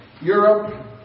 Europe